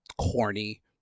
corny